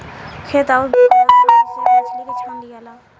खेत आउरू गड़हा में से मछली के छान लियाला